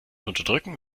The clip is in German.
unterdrücken